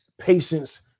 patience